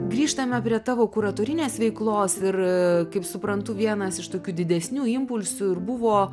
grįžtame prie tavo kuratorinės veiklos ir kaip suprantu vienas iš tokių didesnių impulsų ir buvo